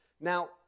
Now